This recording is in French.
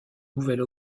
nouvelle